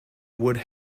would